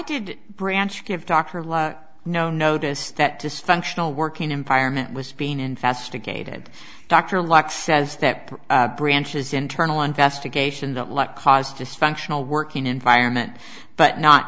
did branch give dr laura no notice that dysfunctional working environment was being investigated and dr lax says that the branches internal investigation that led caused dysfunctional working environment but not